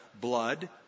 blood